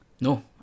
no